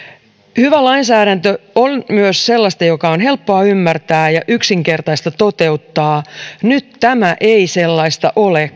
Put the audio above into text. hyvä lainsäädäntö on myös sellaista joka on helppoa ymmärtää ja yksinkertaista toteuttaa nyt tämä ei sellaista ole